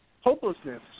hopelessness